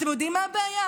אתם יודעים מה הבעיה?